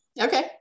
okay